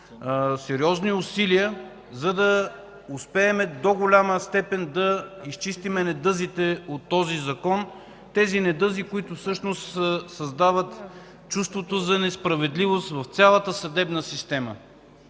сериозни усилия, за да успеем до голяма степен да изчистим недъзите в него, които всъщност създават чувството за несправедливост в цялата съдебна система.